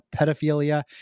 pedophilia